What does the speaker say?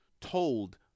told